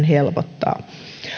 helpottaa